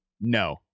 no